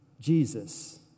Jesus